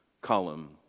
column